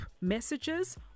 messages